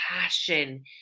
passion